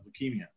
leukemia